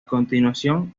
continuación